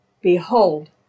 behold